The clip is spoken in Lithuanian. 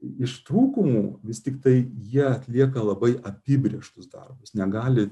iš trūkumų vis tiktai jie atlieka labai apibrėžtus darbus negali